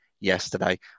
yesterday